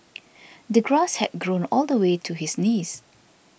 the grass had grown all the way to his knees